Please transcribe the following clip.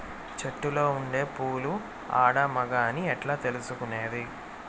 చెట్టులో ఉండే పూలు ఆడ, మగ అని ఎట్లా తెలుసుకునేది?